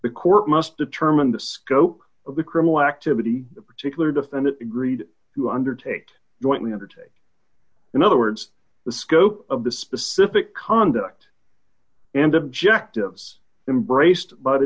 the court must determine the scope of the criminal activity the particular defendant agreed to undertake jointly undertake in other words the scope of the specific conduct and objectives embraced by the